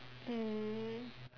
mm